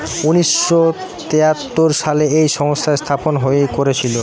উনিশ শ তেয়াত্তর সালে এই সংস্থা স্থাপন করেছিল